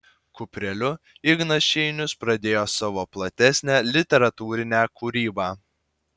kupreliu ignas šeinius pradėjo savo platesnę literatūrinę kūrybą